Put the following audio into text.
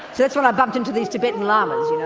that's when i bumped into these tibetan lamas you know,